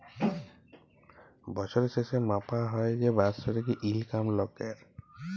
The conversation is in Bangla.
বছরের শেসে মাপা হ্যয় যে বাৎসরিক ইলকাম লকের